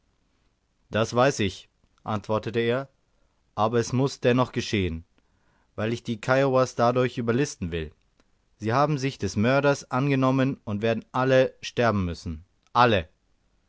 das weiß ich antwortete er aber es muß dennoch geschehen weil ich die kiowas dadurch überlisten will sie haben sich des mörders angenommen und werden alle sterben müssen alle